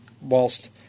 whilst